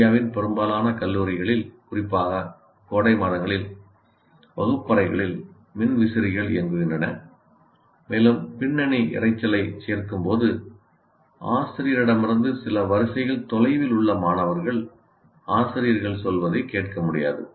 இந்தியாவின் பெரும்பாலான கல்லூரிகளில் குறிப்பாக கோடை மாதங்களில் வகுப்பறைகளில் மின் விசிறிகள் இயங்குகின்றன மேலும் பின்னணி இரைச்சலைச் சேர்க்கும்போது ஆசிரியரிடமிருந்து சில வரிசைகள் தொலைவில் உள்ள மாணவர்கள் ஆசிரியர்கள் சொல்வதை கேட்க முடியாது